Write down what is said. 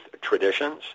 traditions